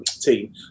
team